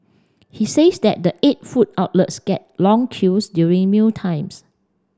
he says that the eight food outlets get long queues during mealtimes